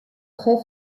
très